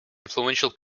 influential